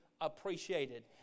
appreciated